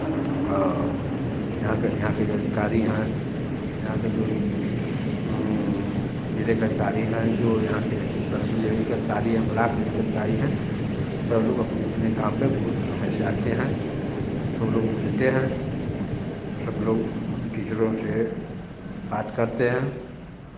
और यहाँ का यहाँ के जो अधिकारी हैं यहाँ के जो जिले के अधिकारी हैं जो यहाँ के तहसील लेवल के अधिकारी हैं ब्लॉक लेवेल के अधिकारी हैं सब लोग अपने अपने काम पे बहुत समय से आते हैं सब लोग मिलते हैं और सब लोग टीचरों से बात करते हैं